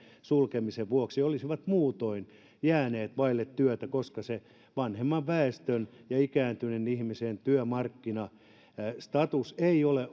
sulkemisen vuoksi olisivat muutoin jääneet vaille työtä se vanhemman väestön ja ikääntyneen ihmisen työmarkkinastatus ei ole